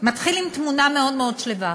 מתחיל בתמונה מאוד מאוד שלווה,